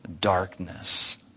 darkness